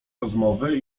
rozmowy